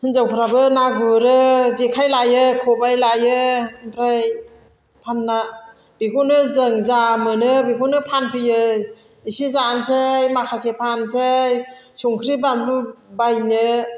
हिनजावफ्राबो ना गुरो जेखाइ लायो खबाइ लायो ओमफ्राय फानना बेखौनो जों जा मोनो बेखौनो फानफैयो इसे जानसै माखासे फानसै संख्रि बानलु बायनो